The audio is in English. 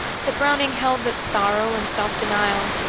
that browning held that sorrow and self-denial,